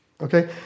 Okay